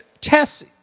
tess